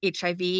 HIV